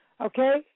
Okay